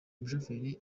mushoferi